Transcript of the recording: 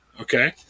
okay